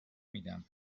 میدم